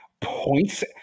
points